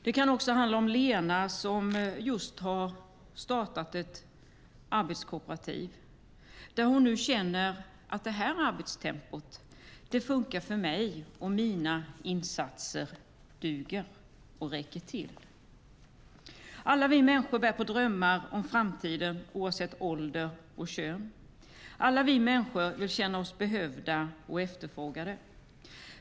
Det kan också handla om Lena, som just har startat ett arbetskooperativ, där hon nu känner: Det här arbetstempot funkar för mig, och mina insatser duger och räcker till. Alla vi människor bär på drömmar om framtiden oavsett ålder och kön. Alla vi människor vill känna oss behövda och efterfrågade.